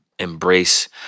Embrace